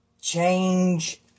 Change